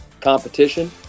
competition